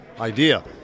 idea